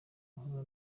mpura